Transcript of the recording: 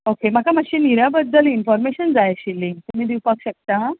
okay म्हाका मात्शे निऱ्या बद्दल इनफॉर्मेशन जाय आशिल्ली तुमी दिवपाक शकता